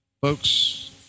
Folks